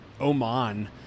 Oman